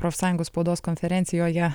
profsąjungos spaudos konferencijoje